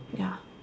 ya